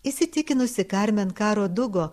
įsitikinusi karmen karo dugo